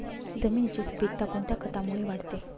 जमिनीची सुपिकता कोणत्या खतामुळे वाढते?